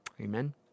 Amen